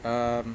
um